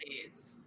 Please